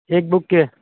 ایک بک کے